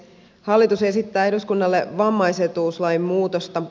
hallitus esittää eduskunnalle vammaisetuuslain muutosta